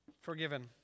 forgiven